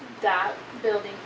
that building